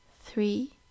three